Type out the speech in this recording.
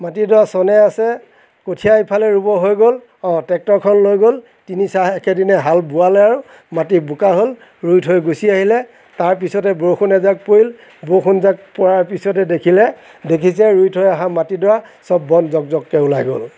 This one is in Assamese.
মাটিডৰা চনে আছে কঠীয়া ইফালে ৰুব হৈ গ'ল অঁ টেক্টৰখন লৈ গ'ল তিনিচাহ একেদিনাই হাল বোৱালে আৰু মাটি বোকা হ'ল ৰুই থৈ গুচি আহিলে তাৰপিছতে বৰষুণ এজাক পৰিল বৰষুণজাক পৰাৰ পিছতে দেখিলে দেখিছে ৰুই থৈ অহা মাটিডৰাত চব বন জক জককৈ ওলাই গ'ল